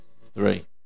Three